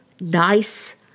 nice